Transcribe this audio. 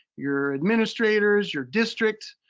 your administrators, your district.